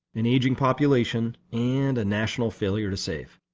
an ageing population, and a national failure to save.